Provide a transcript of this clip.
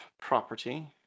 property